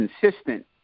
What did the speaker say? consistent